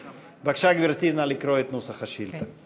בבקשה, גברתי, נא לקרוא את נוסח השאילתה.